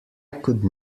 could